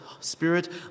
Spirit